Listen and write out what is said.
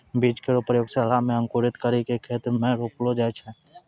बीज केरो प्रयोगशाला म अंकुरित करि क खेत म रोपलो जाय छै